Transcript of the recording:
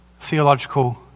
Theological